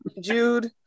Jude